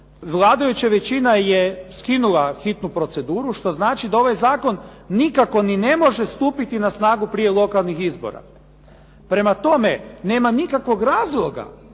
vladajuća veličina je skinula hitnu proceduru što znači da ovaj zakon nikako niti ne može stupiti na snagu prije lokalnih izbora. Prema tome, nema nikakvog razloga